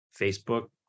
Facebook